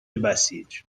بسیج